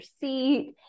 seat